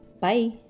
Bye